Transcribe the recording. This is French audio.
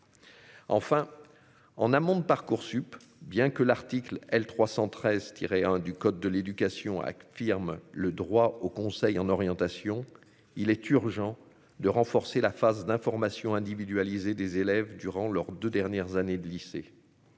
Enfin, en amont de Parcoursup bien que l'article L 313 tirer un du code de l'éducation, affirme le droit au conseil en orientation, il est urgent de renforcer la phase d'information individualisée des élèves durant leurs 2 dernières années de lycée,